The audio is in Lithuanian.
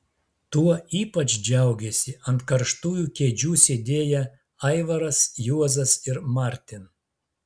tuo ypač džiaugėsi ant karštųjų kėdžių sėdėję aivaras juozas ir martin